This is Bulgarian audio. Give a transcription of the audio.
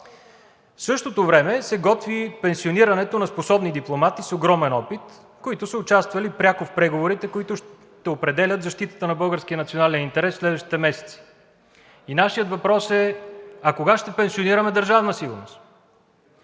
В същото време се готви пенсионирането на способни дипломати с огромен опит, които са участвали пряко в преговорите, които ще определят защитата на българския национален интерес в следващите месеци, и нашият въпрос е: а кога ще пенсионираме Държавна сигурност?